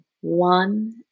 one